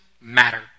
matter